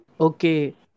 Okay